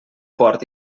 port